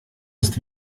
ist